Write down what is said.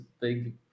big